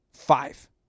Five